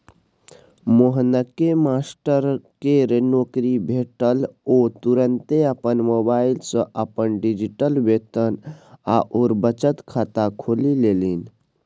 मोहनकेँ मास्टरकेर नौकरी भेटल ओ तुरते अपन मोबाइल सँ अपन डिजिटल वेतन आओर बचत खाता खोलि लेलनि